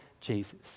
Jesus